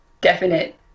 definite